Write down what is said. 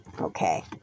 okay